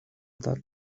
that